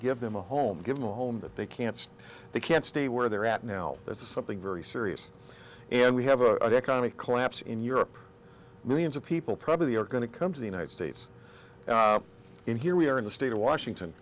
give them a home given a home that they can't they can't stay where they're at now this is something very serious and we have a economic collapse in europe millions of people probably are going to come to the united states in here we are in the state of washington